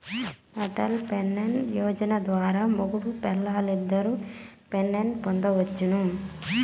Atal pension Yojana ద్వారా మొగుడూ పెల్లాలిద్దరూ పెన్సన్ పొందొచ్చును